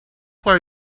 were